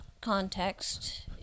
context